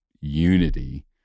unity